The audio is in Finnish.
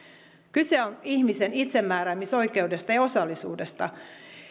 kyse on ihmisen itsemääräämisoikeudesta ja osallisuudesta